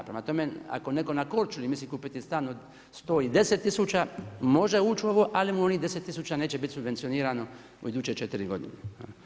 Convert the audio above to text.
Prema tome, ako netko na Korčuli misli kupiti stan od 110000 može ući u ovo, ali mu onih 10000 neće biti subvencionirano u iduće četiri godine.